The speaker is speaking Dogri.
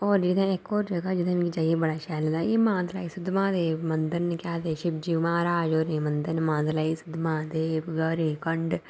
होर जित्थै इख होर जगह जित्थै मिगी जाइयै बड़ा शैल लगदा एह् मान तलाई सुद्ध महादेव मंदर न केह् आखदे शिवजी महाराज होरें मंदर न मानतलाई शुद्धमहादेव गौरी कुंड